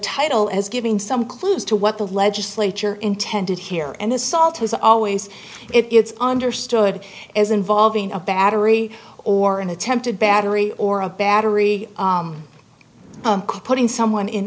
title as giving some clues to what the legislature intended here and this salt has always it's understood as involving a battery or an attempted battery or a battery putting someone in